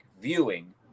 viewing